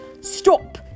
Stop